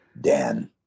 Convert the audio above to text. Dan